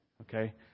Okay